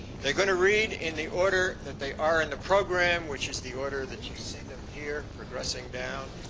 they're going to read in the order that they are in the program, which is the order that you see them here, progressing down.